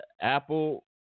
Apple